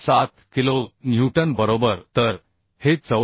14 kilo newton बरोबर तर हे 74